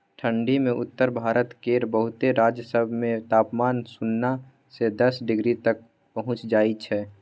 ठंढी मे उत्तर भारत केर बहुते राज्य सब मे तापमान सुन्ना से दस डिग्री तक पहुंच जाइ छै